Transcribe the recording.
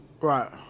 Right